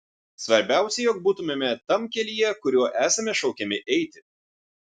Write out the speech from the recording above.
svarbiausia jog būtumėme tam kelyje kuriuo esame šaukiami eiti